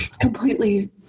completely